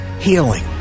healing